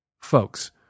Folks